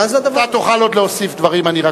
אם זאת הצעה לסדר-היום תוכל להגיש עוד פעם,